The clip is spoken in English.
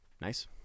Nice